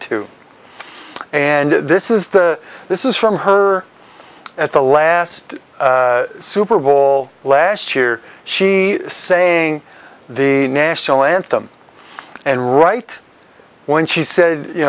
to and this is the this is from her at the last super bowl last year she saying the national anthem and right when she said you